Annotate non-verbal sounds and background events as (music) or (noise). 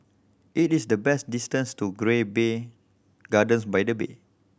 it is the best distance to (unintelligible) Gardens by the Bay